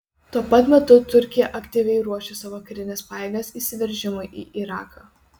tuo pat metu turkija aktyviai ruošia savo karines pajėgas įsiveržimui į iraką